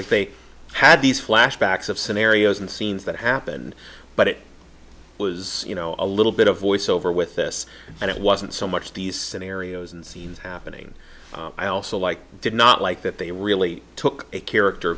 like they had these flashbacks of scenarios and scenes that happened but it was you know a little bit of voiceover with this and it wasn't so much these scenarios and scenes happening i also like did not like that they really took a character